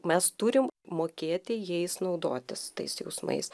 mes turim mokėti jais naudotis tais jausmais